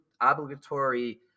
obligatory